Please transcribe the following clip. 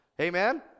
Amen